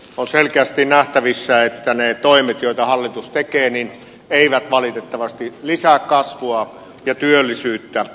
on selkeästi nähtävissä että ne toimet joita hallitus tekee eivät valitettavasti lisää kasvua ja työllisyyttä